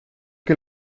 que